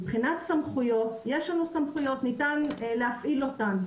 מבחינת סמכויות יש לנו סמכויות ניתן להפעיל אותן.